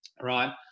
right